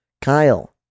Kyle